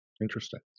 Interesting